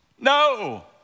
No